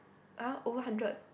uh over hundred